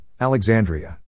Alexandria